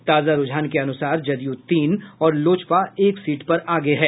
ताजा रूझान के अनुसार जदयू तीन और लोजपा एक सीट पर आगे है